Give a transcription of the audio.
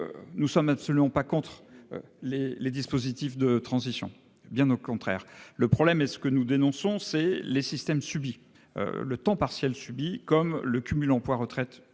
nous ne sommes absolument pas contre les dispositifs de transition, bien au contraire ! Ce que nous dénonçons, ce sont les systèmes subis : temps partiel subi et cumul emploi-retraite